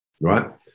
right